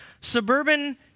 suburban